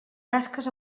tasques